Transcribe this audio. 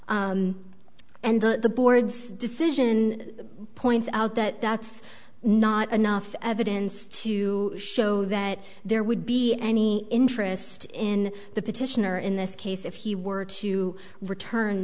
and the board's decision points out that that's not enough evidence to show that there would be any interest in the petitioner in this case if he were to return